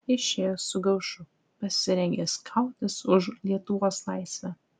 išėjo su gaušu pasirengęs kautis už lietuvos laisvę